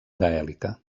gaèlica